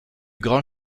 grand